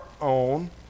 own